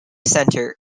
centre